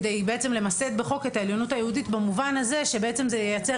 למסד בחוק את העליונות היהודית במובן הזה שבעצם זה ייצר